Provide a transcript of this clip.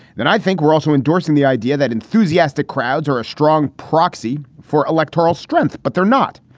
then i think we're also endorsing the idea that enthusiastic crowds are a strong proxy for electoral strength. but they're not.